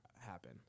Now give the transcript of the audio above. happen